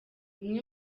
umwe